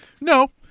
No